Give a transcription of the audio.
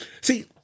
See